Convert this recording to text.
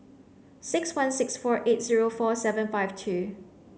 six one six four eight zero four seven five two